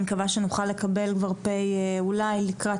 אני מקווה שנוכל לקבל כבר פ' אולי לקראת